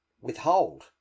withhold